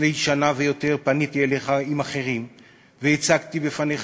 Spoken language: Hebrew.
לפני שנה או יותר פניתי אליך עם אחרים והצגתי בפניך